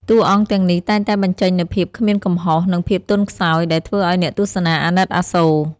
តួអង្គទាំងនេះតែងតែបញ្ចេញនូវភាពគ្មានកំហុស និងភាពទន់ខ្សោយ ដែលធ្វើឲ្យអ្នកទស្សនាអាណិតអាសូរ។